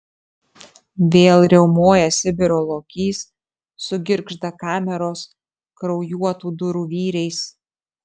vėl riaumoja sibiro lokys sugirgžda kameros kraujuotų durų vyriais